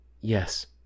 Yes